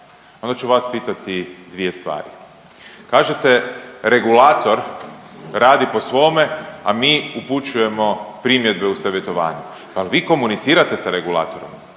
onda ću vas pitati dvije stvari. Kažete regulator radi po svome, a mi upućujemo primjedbe u savjetovanju, pa vi komunicirate sa regulatorom,